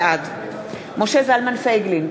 בעד משה זלמן פייגלין,